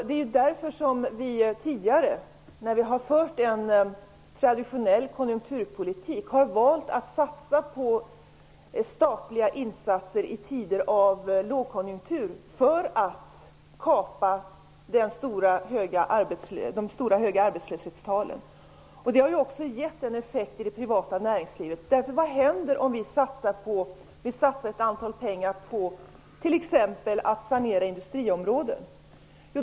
Det är därför som vi tidigare när vi har fört en traditionell konjunkturpolitik har valt att satsa på statliga insatser i tider av lågkonjunktur, för att kapa de höga arbetslöshetstalen. Det har också gett en effekt i det privata näringslivet. Vad händer om vi satsar ett antal kronor på t.ex. att sanera industriområden?